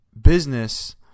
business